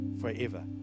forever